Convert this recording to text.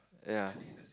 ya